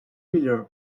wheeler